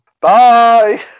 bye